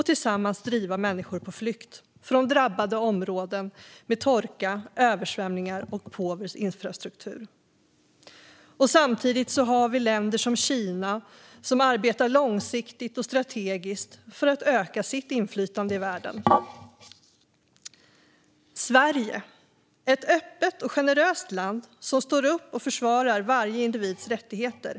Tillsammans driver detta människor på flykt från drabbade områden med torka, översvämningar och påver infrastruktur. Samtidigt har vi länder som Kina, som arbetar långsiktigt och strategiskt för att öka sitt inflytande i världen. Sverige är ett öppet och generöst land, som står upp för och försvarar varje individs rättigheter.